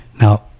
Now